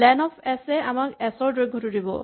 lane of S এ আমাক S ৰ দৈৰ্ঘটো দিব